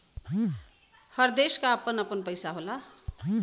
हर देश क आपन आपन पइसा होला